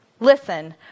Listen